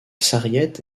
sarriette